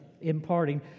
imparting